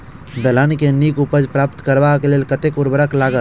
दलहन केँ नीक उपज प्राप्त करबाक लेल कतेक उर्वरक लागत?